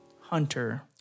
Hunter